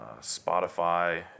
Spotify